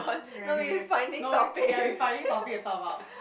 okay K no yea we finding topic to talk about